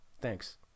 Thanks